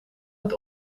het